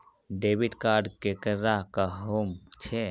Debit card केकरा कहुम छे?